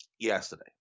Yesterday